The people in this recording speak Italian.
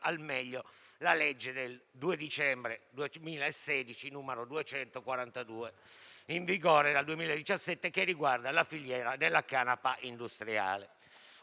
la legge 2 dicembre 2016, n. 242, in vigore dal 2017, che riguarda la filiera della canapa industriale. Ora